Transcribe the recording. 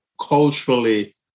culturally